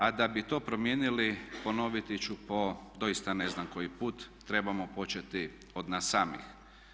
A da bi to promijenili ponovit ću po doista ne znam koji put trebamo početi od nas samih.